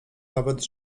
nawet